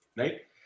Right